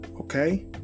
Okay